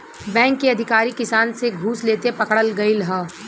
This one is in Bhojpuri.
बैंक के अधिकारी किसान से घूस लेते पकड़ल गइल ह